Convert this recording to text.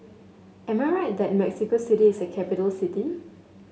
am I right that Mexico City is a capital city